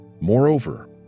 Moreover